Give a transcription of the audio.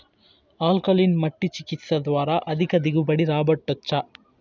alkaline మట్టి చికిత్స ద్వారా అధిక దిగుబడి రాబట్టొచ్చా